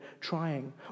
trying